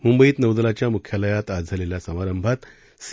मुंबईत नौदलाच्या मुख्यालयामध्ये आज झालेल्या समारंभात सी